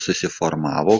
susiformavo